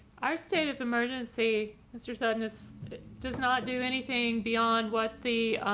our state of emergency mr. sadness does not do anything beyond what the